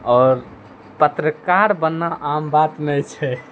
आओर पत्रकार बनना आम बात नहि छै हँ